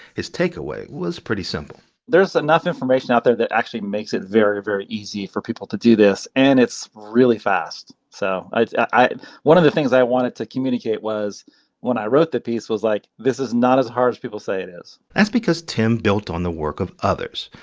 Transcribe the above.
his takeaway was pretty simple there's enough information out there that actually makes it very, very easy for people to do this, and it's really fast. so i one of the things i wanted to communicate was when i wrote the piece was like, this is not as hard as people say it is that's because tim built on the work of others.